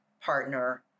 partner